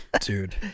Dude